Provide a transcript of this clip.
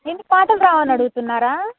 ఏంటి పాటలు రావని అడుగుతున్నారా